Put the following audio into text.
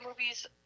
movies